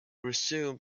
resumed